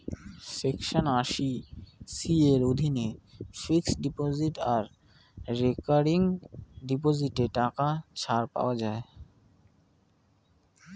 section আশি C এর অধীনে ফিক্সড ডিপোজিট আর রেকারিং ডিপোজিটে টাকা ছাড় পাওয়া যায়